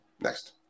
next